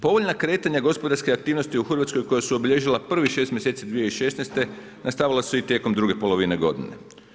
Povoljna kretanja gospodarske aktivnosti u Hrvatskoj koja su obilježila prvih 6 mjeseci 2016., nastavila su se i tijekom druge polovine godine.